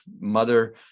mother